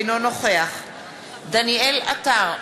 אינו נוכח דניאל עטר,